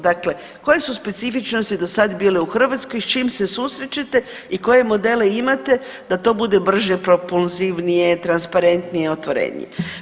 Dakle, koje su specifičnosti do sad bile u Hrvatskoj i s čim se susrećete i koje modele imate da to bude brže, propulzivnije, transparentnije, otvorenije.